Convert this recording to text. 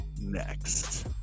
next